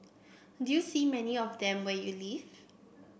do you see many of them where you live